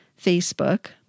Facebook